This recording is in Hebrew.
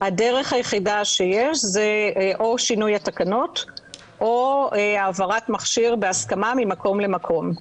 הדרך היחידה שיש זה או שינוי התקנות או העברת מכשיר בהסכמה ממקום למקום.